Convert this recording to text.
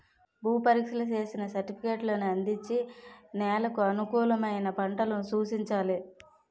భూ పరీక్షలు చేసిన సర్టిఫికేట్లను అందించి నెలకు అనుకూలమైన పంటలు సూచించాలి